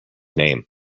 name